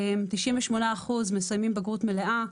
98% מסיימים בגרות מלאה.